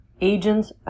agents